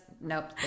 Nope